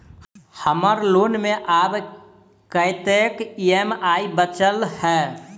हम्मर लोन मे आब कैत ई.एम.आई बचल ह?